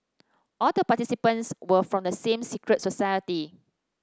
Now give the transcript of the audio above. all the participants were from the same secret society